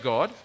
God